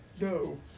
No